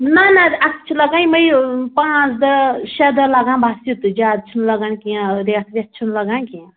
نہ نہ اَتھ چھِ لگان یِمٕے پانٛژھ دہ شےٚ دۄہ لگان بَس یِتُے زیادٕ چھِنہٕ لگان کیٚنہہ ریٚتھ ویٚتھ چھِنہٕ لگان کیٚنہہ